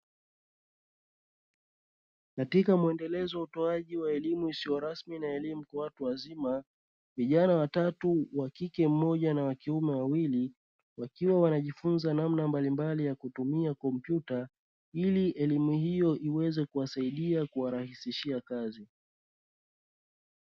Katika muendelezo wa utoaji wa elimu isio rasmi na elimu kwa watu wazima, vijana watatu wa kike mmoja na wa kiume wawili wakiwa wanajifunza namna ya mbalimbali za kutumia kompyuta ili elimu hiyo iweze kuwarahisishia kazi.